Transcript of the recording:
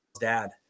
dad